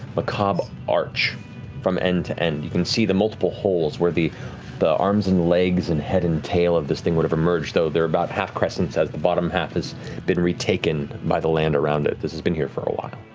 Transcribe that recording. macabre arch from end to end. you can see the multiple holes where the the arms and legs and head and tail of this thing would've emerged, though they're about half crescents as the bottom half has been retaken by the land around it. this has been here for a while.